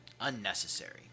unnecessary